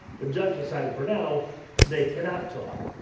the judge decided for now they cannot talk.